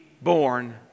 born